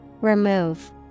Remove